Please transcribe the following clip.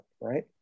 right